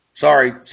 Sorry